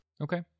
Okay